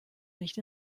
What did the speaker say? nicht